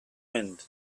wind